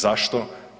Zašto?